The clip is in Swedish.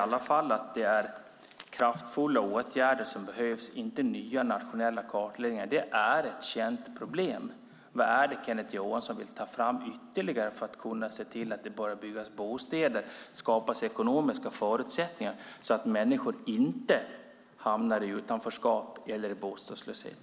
Jag anser att det behövs kraftfulla åtgärder, inte nya nationella kartläggningar. Hemlösheten är ett känt problem. Vad ytterligare vill Kenneth Johansson ta fram för att se till att det börjar byggas bostäder och skapas ekonomiska förutsättningar så att människor inte hamnar i utanförskap eller bostadslöshet?